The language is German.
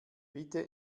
bitte